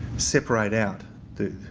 separate out the